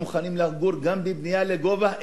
אנחנו מוכנים לגור גם בבנייה לגובה,